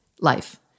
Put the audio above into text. life